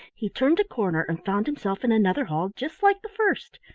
he turned a corner and found himself in another hall just like the first,